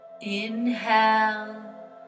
inhale